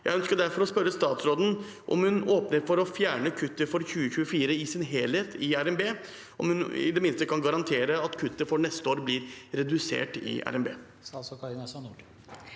Jeg ønsker derfor å spørre statsråden om hun åpner for å fjerne kuttet for 2024 i sin helhet i RNB, og om hun i det minste kan garantere at kuttet for neste år blir redusert i RNB.